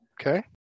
Okay